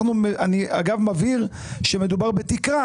אני אגב מבהיר שמדובר בתקרה.